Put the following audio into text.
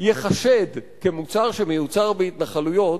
ייחשד כמוצר שמיוצר בהתנחלויות,